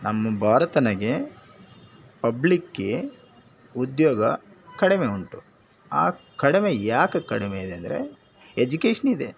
ನಮ್ಮ ಭಾರತದಾಗೆ ಪಬ್ಲಿಕ್ಗೆ ಉದ್ಯೋಗ ಕಡಿಮೆ ಉಂಟು ಆ ಕಡಿಮೆ ಏಕೆ ಕಡಿಮೆ ಇದೆ ಅಂದರೆ ಎಜುಕೇಷ್ನ್ ಇದೆ